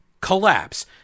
collapse